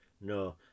No